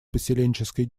поселенческой